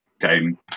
game